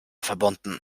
verbunden